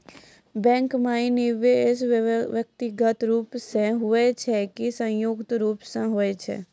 Bank माई निवेश व्यक्तिगत रूप से हुए छै की संयुक्त रूप से होय छै?